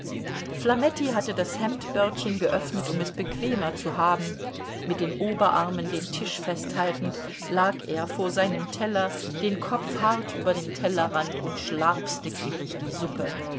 flametti hatte das hemdbördchen geöffnet um es bequemer zu haben mit den oberarmen den tisch festhaltend lag er vor seinem teller den kopf hart über dem tellerrand und schlarpste gierig die suppe